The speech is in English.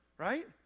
Right